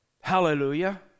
hallelujah